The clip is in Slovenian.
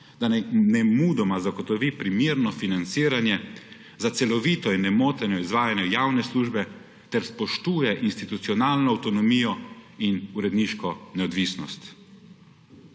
naj nemudoma zagotovi primerno financiranje za celovito in nemoteno izvajanje javne službe ter spoštuje institucionalno avtonomijo in uredniško neodvisnost.